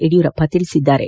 ಯಡಿಯೂರಪ್ಪ ತಿಳಿಸಿದ್ದಾರೆ